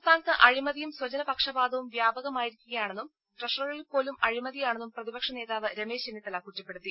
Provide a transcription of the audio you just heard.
സംസ്ഥാനത്ത് അഴിമതിയും സ്വജനപക്ഷപാതവും വ്യാപക മായിരിക്കുകയാണെന്നും ട്രഷറികളിൽപ്പോലും അഴിമതിയാണെന്നും പ്രതിപക്ഷ നേതാവ് രമേശ് ചെന്നിത്തല കുറ്റപ്പെടുത്തി